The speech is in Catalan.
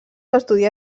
estudià